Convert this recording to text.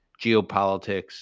geopolitics